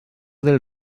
del